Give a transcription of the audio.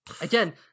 again